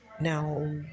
Now